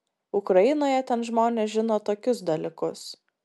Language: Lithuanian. ukrainoje ten žmonės žino tokius dalykus